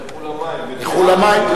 למים.